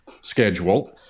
schedule